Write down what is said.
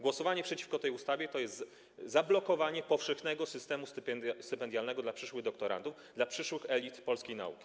Głosowanie przeciwko tej ustawie to jest zablokowanie powszechnego systemu stypendialnego dla przyszłych doktorantów, dla przyszłych elit polskiej nauki.